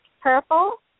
Purple